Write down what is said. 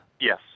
Yes